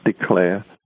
declare